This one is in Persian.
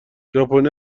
ژاپنیا